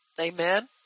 Amen